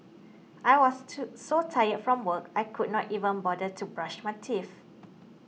I was to so tired from work I could not even bother to brush my teeth